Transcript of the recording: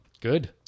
Good